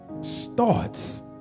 starts